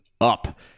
up